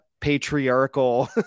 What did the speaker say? patriarchal